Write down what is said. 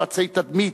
יועצי תדמית,